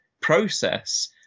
process